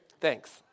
Thanks